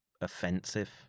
offensive